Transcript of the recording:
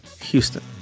Houston